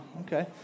okay